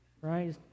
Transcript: right